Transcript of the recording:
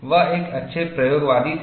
वह एक अच्छे प्रयोगवादी थे